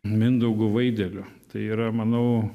mindaugu vaideliu tai yra manau